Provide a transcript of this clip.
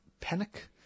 panic